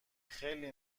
خیلی